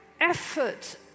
effort